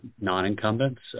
non-incumbents